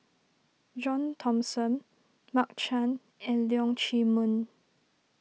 John Thomson Mark Chan and Leong Chee Mun